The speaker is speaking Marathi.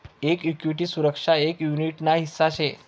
एक इक्विटी सुरक्षा एक युनीट ना हिस्सा शे